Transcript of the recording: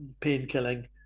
painkilling